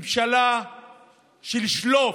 ממשלה של שלוף,